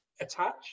attached